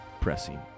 pressing